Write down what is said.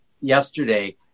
yesterday